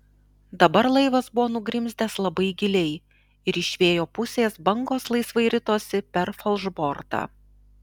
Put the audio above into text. dabar laivas buvo nugrimzdęs labai giliai ir iš vėjo pusės bangos laisvai ritosi per falšbortą